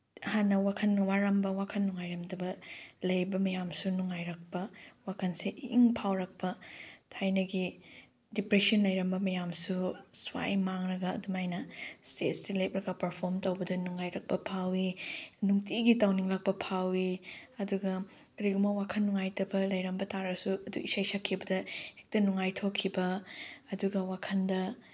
ꯍꯥꯟꯅ ꯋꯥꯈꯜ ꯋꯥꯔꯝꯕ ꯋꯥꯈꯜ ꯅꯨꯡꯉꯥꯏꯔꯝꯗꯕ ꯂꯩꯕ ꯃꯌꯥꯝꯁꯨ ꯅꯨꯡꯉꯥꯏꯔꯛꯄ ꯋꯥꯈꯜꯁꯦ ꯏꯪꯏꯪ ꯐꯥꯎꯔꯛꯄ ꯊꯥꯏꯅꯒꯤ ꯗꯤꯄ꯭ꯔꯦꯁꯟ ꯂꯩꯔꯝꯕ ꯃꯌꯥꯝꯁꯨ ꯁ꯭ꯋꯥꯏ ꯃꯥꯡꯂꯒ ꯑꯗꯨꯃꯥꯏꯅ ꯏꯁꯇꯦꯖꯇ ꯂꯦꯞꯂꯒ ꯄꯔꯐꯣꯔꯝ ꯇꯧꯕꯗ ꯅꯨꯡꯉꯥꯏꯔꯛꯄ ꯐꯥꯎꯏ ꯅꯨꯡꯇꯤꯒꯤ ꯇꯧꯅꯤꯡꯂꯛꯄ ꯐꯥꯎꯏ ꯑꯗꯨꯒ ꯀꯔꯤꯒꯨꯝꯕ ꯋꯥꯈꯜ ꯅꯨꯡꯉꯥꯏꯇꯕ ꯂꯩꯔꯝꯕ ꯇꯥꯔꯁꯨ ꯑꯗꯨ ꯏꯁꯩ ꯁꯛꯈꯤꯕꯗ ꯍꯦꯛꯇ ꯅꯨꯡꯉꯥꯏꯊꯣꯛꯈꯤꯕ ꯑꯗꯨꯒ ꯋꯥꯈꯜꯗ